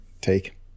take